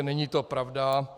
Není to pravda.